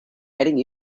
getting